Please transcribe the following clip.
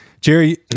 Jerry